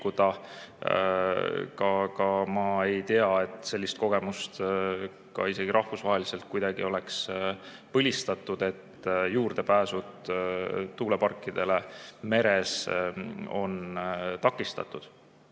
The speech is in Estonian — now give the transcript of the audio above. – jälle ma ei tea, et selline kogemus ka rahvusvaheliselt kuidagi oleks põlistatud, et juurdepääsud tuuleparkidele meres on takistatud.